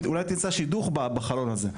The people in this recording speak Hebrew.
אולי תמצא שידוך בחלון הזה.